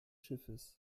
schiffes